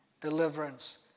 deliverance